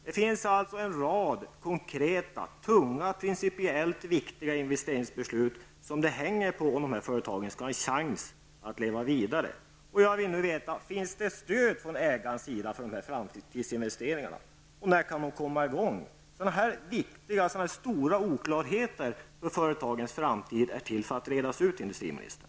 Det hänger alltså på en rad konkreta, tunga och principiellt viktiga investeringsbeslut om dessa företag skall ha en chans att leva vidare. Jag vill nu veta om det finns stöd från ägarens sida för dessa framtidsinvesteringar och när de kan komma i gång. Sådana här stora och viktiga oklarheter för företagens framtid är till för att redas ut, industriministern.